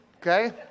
okay